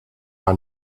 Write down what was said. her